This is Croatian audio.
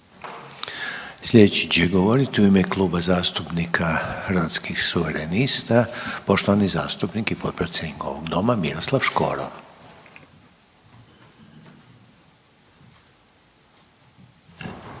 Sljedeći će govoriti u ime Kluba zastupnika Hrvatskih suverenista poštovani zastupnik i potpredsjednik ovog doma Miroslav Škoro.